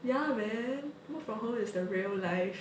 ya man work from home is the real life